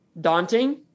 daunting